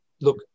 Look